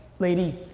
lady,